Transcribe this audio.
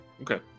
Okay